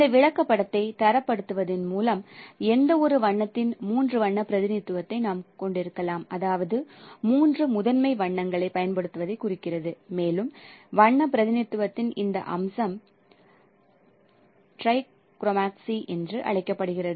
இந்த விளக்கப்படத்தை தரப்படுத்துவதன் மூலம் எந்தவொரு வண்ணத்தின் மூன்று வண்ண பிரதிநிதித்துவத்தை நாம் கொண்டிருக்கலாம் அதாவது மூன்று முதன்மை வண்ணங்களைப் பயன்படுத்துவதைக் குறிக்கிறது மேலும் வண்ண பிரதிநிதித்துவத்தின் இந்த அம்சம் "ட்ரைக்ரோமசி" என அழைக்கப்படுகிறது